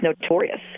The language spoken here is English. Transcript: notorious